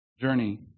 journey